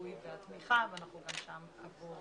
הגיבוי והתמיכה ואנחנו בוודאי גם עבור